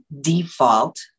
default